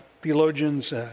theologians